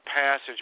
passage